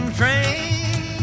train